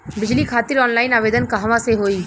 बिजली खातिर ऑनलाइन आवेदन कहवा से होयी?